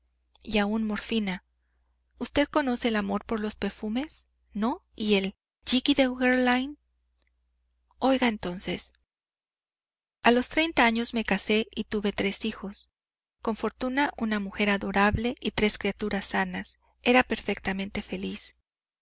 y aún morfina usted conoce el amor por los perfumes no y el jicky de guerlain oiga entonces a los treinta años me casé y tuve tres hijos con fortuna una mujer adorable y tres criaturas sanas era perfectamente feliz